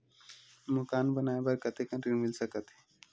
मकान बनाये बर कतेकन ऋण मिल सकथे?